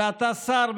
אלא אתה שר,